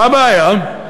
מה הבעיה?